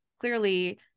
clearly